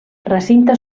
recinte